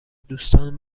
دوستان